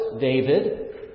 David